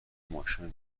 ماشینو